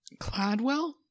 cladwell